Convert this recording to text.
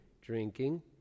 drinking